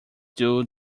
due